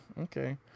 okay